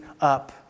up